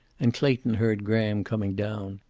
and clayton heard graham coming down.